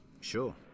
Sure